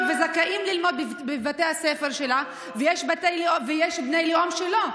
זכאים ללמוד בבתי הספר שלה ויש בני לאום שלא.